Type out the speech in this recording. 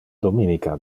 dominica